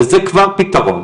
וזה כבר פתרון.